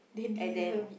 and then